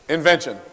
Invention